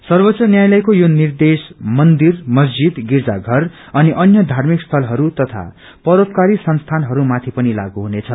सर्वोच्च न्यायालयको यो निर्देश मन्दिर मस्जिद गिर्जाघर अनि अन्य धार्मिक स्थलहरू तथा परोपकारी संस्थानहरूमाथि पनि लागू हुनेछ